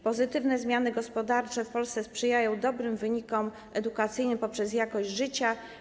Pozytywne zmiany gospodarcze w Polsce sprzyjają dobrym wynikom edukacyjnym poprzez podniesienie jakości życia.